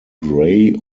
gray